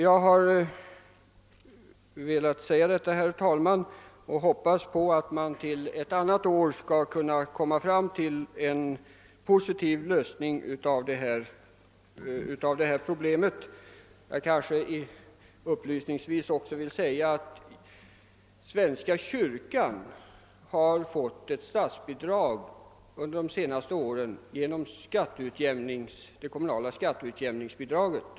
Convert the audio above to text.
Jag hoppas, herr talman, att man ett annat år skall kunna nå en positiv lösning av detta problem. Upplysningsvis vill jag också påpeka att svenska kyrkan har fått ett statsbidrag under de senaste åren genom det kommunala skatteutjämningsbidraget.